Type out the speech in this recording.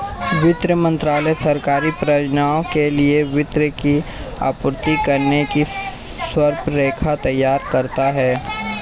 वित्त मंत्रालय सरकारी परियोजनाओं के लिए वित्त की आपूर्ति करने की रूपरेखा तैयार करता है